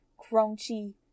crunchy